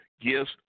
Gifts